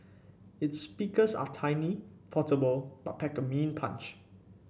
its speakers are tiny portable but pack a mean punch